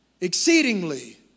exceedingly